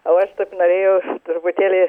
o aš taip norėjau truputėlį